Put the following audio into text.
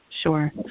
Sure